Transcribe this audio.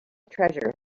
treasure